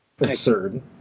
absurd